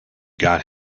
got